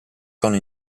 tono